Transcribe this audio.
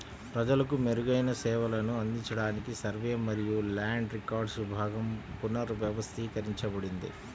ప్రజలకు మెరుగైన సేవలను అందించడానికి సర్వే మరియు ల్యాండ్ రికార్డ్స్ విభాగం పునర్వ్యవస్థీకరించబడింది